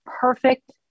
perfect